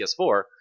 PS4